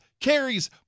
carries